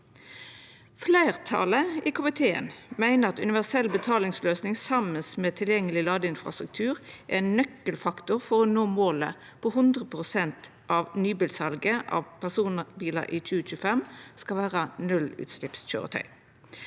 Fleirtalet i komiteen meiner at universell betalingsløysing saman med tilgjengeleg ladeinfrastruktur er ein nøkkelfaktor for å nå målet om at 100 pst. av nybilsalet av personbilar i 2025 skal vera nullutsleppskøyretøy.